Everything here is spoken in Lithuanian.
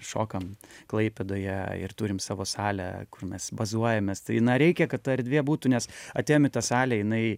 šokam klaipėdoje ir turim savo salę kur mes bazuojamės tai na reikia kad ta erdvė būtų nes atėjom į tą salę jinai